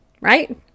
right